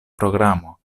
programo